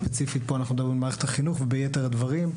ספציפית פה אנחנו מדברים על מערכת החינוך וביתר הדברים,